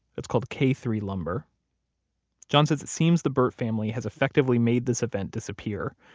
it's called k three lumber john says it seems the burt family has effectively made this event disappear,